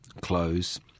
clothes